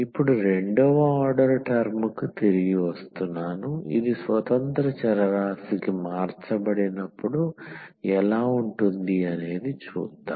ఇప్పుడు రెండవ ఆర్డర్ టర్మ్కు తిరిగి వస్తున్నాను ఇది స్వతంత్ర చరరాశికి మార్చబడినప్పుడు ఎలా ఉంటుంది అనేది చూద్దాం